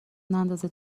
نندازین